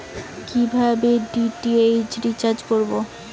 কিভাবে DTH recharge করব?